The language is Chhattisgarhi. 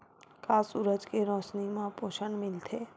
का सूरज के रोशनी म पोषण मिलथे?